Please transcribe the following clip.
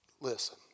Listen